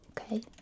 Okay